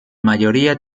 mayoría